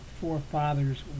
forefathers